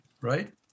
right